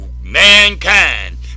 mankind